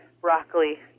broccoli